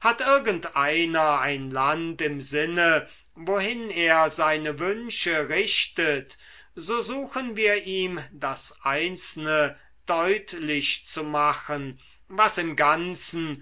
hat irgendeiner ein land im sinne wohin er seine wünsche richtet so suchen wir ihm das einzelne deutlich zu machen was im ganzen